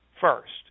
first